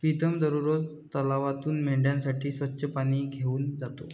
प्रीतम दररोज तलावातून मेंढ्यांसाठी स्वच्छ पाणी घेऊन जातो